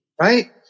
right